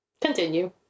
Continue